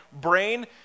brain